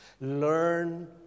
Learn